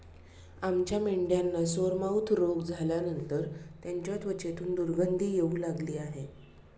आमच्या मेंढ्यांना सोरमाउथ रोग झाल्यानंतर त्यांच्या त्वचेतून दुर्गंधी येऊ लागली आहे